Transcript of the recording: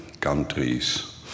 countries